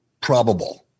probable